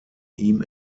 ihm